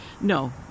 No